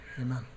Amen